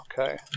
Okay